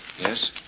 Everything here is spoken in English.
Yes